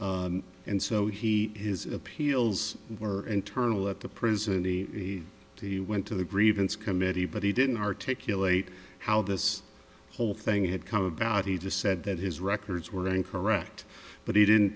and so he his appeals were internal at the prison he he he went to the grievance committee but he didn't articulate how this whole thing had come about he just said that his records were incorrect but he didn't